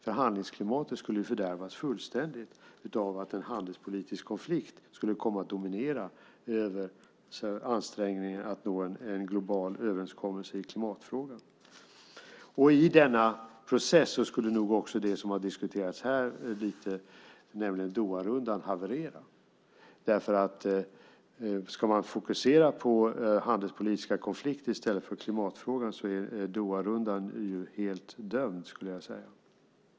Förhandlingsklimatet skulle fördärvas fullständigt av att en handelspolitisk konflikt skulle dominera över ansträngningarna att nå en global överenskommelse i klimatfrågan. I denna process skulle nog också det som har diskuterats här, nämligen Doharundan, haverera. Ska man fokusera på handelspolitiska konflikter i stället för på klimatfrågan är Doharundan helt dömd.